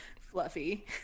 fluffy